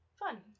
fun